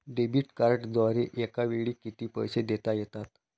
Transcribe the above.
Debit कार्डद्वारे एकावेळी किती पैसे देता येतात?